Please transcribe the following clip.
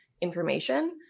information